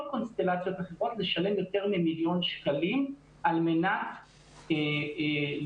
קונסטלציות אחרות לשלם יותר ממיליון שקלים על מנת לפדות